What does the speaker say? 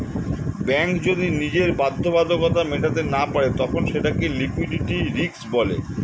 bank যদি নিজের বাধ্যবাধকতা মেটাতে না পারে তখন সেটাকে লিক্যুইডিটি রিস্ক বলে